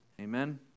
Amen